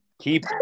keep